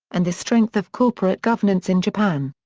and the strength of corporate governance in japan.